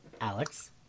Alex